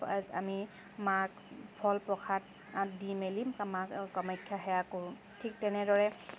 মাক ফল প্ৰসাদ দি মেলি মা কামাখ্যা সেৱা কৰোঁ ঠিক তেনেদৰে